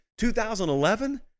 2011